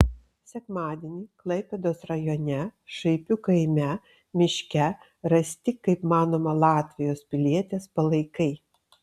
sekmadienį klaipėdos rajone šaipių kaime miške rasti kaip manoma latvijos pilietės palaikai